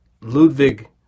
Ludwig